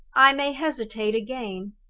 i may hesitate again.